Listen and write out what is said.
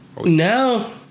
No